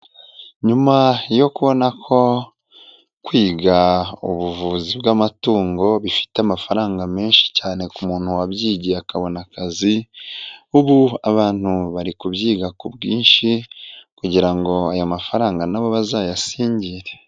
Nyuma yo kubona ko kwiga ubuvuzi bw'amatungo bifite amafaranga menshi cyane ku muntu wabyigiye akabona akazi, ubu abantu bari kubyiga ku bwinshi kugira ngo aya mafaranga nabo bazayasingire.